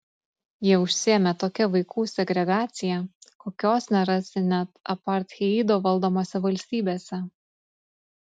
jie užsiėmė tokia vaikų segregacija kokios nerasi net apartheido valdomose valstybėse